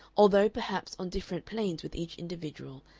although perhaps on different planes with each individual,